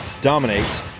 dominate